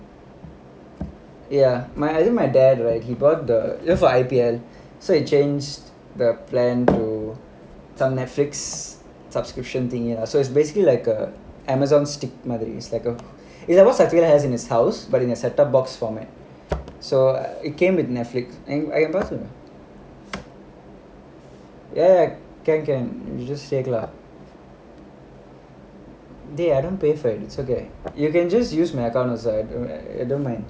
ya my I mean my dad right he bought the just for I_B_M so he changed the plan to some Netflix subscription thing you know so it's basically like a Amazon stick he's like he also has it in his house but in a setup box format so it came with Netflix and able to ya can can you just take lah eh don't need pay for it it's okay you can just use my account also I don't mind